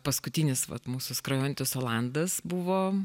paskutinis vat mūsų skrajojantis olandas buvo